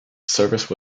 service